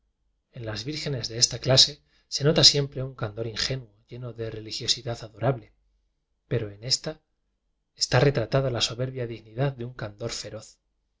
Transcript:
en las vírgenes de esta clase se nota siempre un candor ingenuo heno de religiosidad adorable pero en esta está retratada la soberbia dignidad de un candor feroz